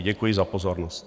Děkuji za pozornost.